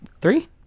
three